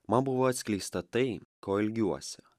man buvo atskleista tai ko ilgiuosi